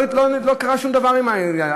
לא קרה שום דבר עם העניין.